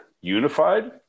Unified